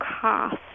cost